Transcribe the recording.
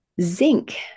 Zinc